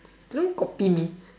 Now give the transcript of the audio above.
don't copy me